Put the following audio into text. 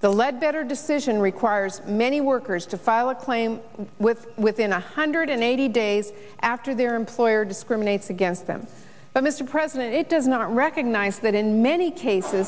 the lead better decision requires many workers to file a claim with within a hundred and eighty days after their employer discriminates against them but mr president it does not recognize that in many cases